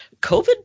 COVID